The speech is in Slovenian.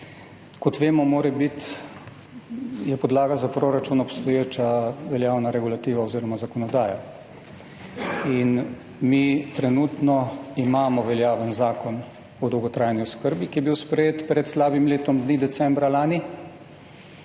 Kot vemo, je podlaga za proračun obstoječa veljavna regulativa oziroma zakonodaja. Mi trenutno imamo veljaven Zakon o dolgotrajni oskrbi, ki je bil sprejet pred slabim letom dni, decembra lani.